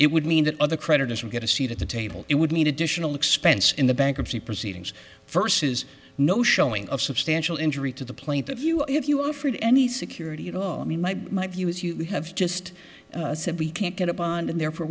it would mean that other creditors would get a seat at the table it would mean additional expense in the bankruptcy proceedings first says no showing of substantial injury to the plaintiff you if you offered any security at all i mean my my view is you have just said we can't get a bond and therefore